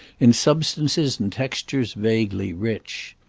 in substances and textures vaguely rich.